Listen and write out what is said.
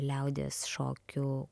liaudies šokių